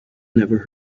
never